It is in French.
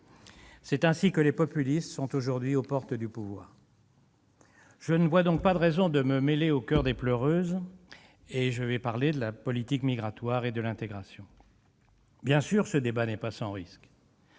C'est ainsi que les populistes sont aujourd'hui aux portes du pouvoir. Je ne vois donc pas de raison de me mêler au choeur des pleureuses : je vais parler de la politique migratoire et de l'intégration. Bien sûr, ce débat n'est pas sans risque.